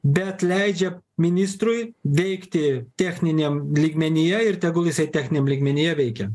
bet leidžia ministrui veikti techniniam lygmenyje ir tegul jisai techniniam lygmenyje veikia